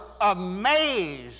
amazed